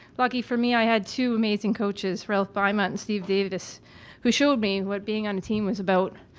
lucky for me i had two amazing coaches, ralph byma and steve davis who showed me what being on a team was about.